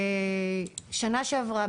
בשנה שעברה,